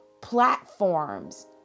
platforms